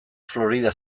florida